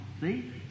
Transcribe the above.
See